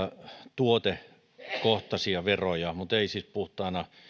tuotekohtaisia veroja mutta ei siis puhtaana